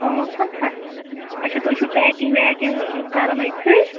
پانٛژھ ہَتھ ہا اچھا تُہۍ چھُو پیکِنٛگ ویکِنٛگ کَران أتۍتھٕے